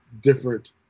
different